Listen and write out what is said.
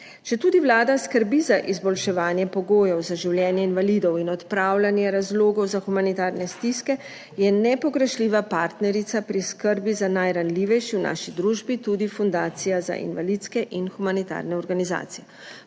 Četudi Vlada skrbi za izboljševanje pogojev za življenje invalidov in odpravljanje razlogov za humanitarne stiske, je nepogrešljiva partnerica pri skrbi za najranljivejše v naši družbi tudi fundacija za invalidske in humanitarne organizacije.